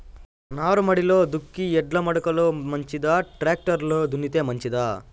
నారుమడిలో దుక్కి ఎడ్ల మడక లో మంచిదా, టాక్టర్ లో దున్నితే మంచిదా?